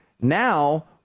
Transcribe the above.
Now